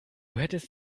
hättest